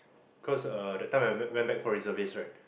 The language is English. cause uh that time I went went back from reservist right